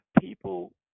people